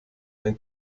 ein